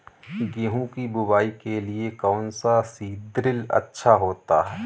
गेहूँ की बुवाई के लिए कौन सा सीद्रिल अच्छा होता है?